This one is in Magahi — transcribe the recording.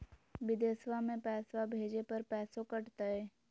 बिदेशवा मे पैसवा भेजे पर पैसों कट तय?